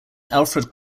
alfred